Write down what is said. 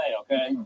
okay